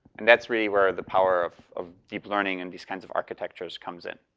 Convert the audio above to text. and that's really where the power of of deep learning and these kind of architectures comes in.